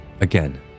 again